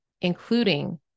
including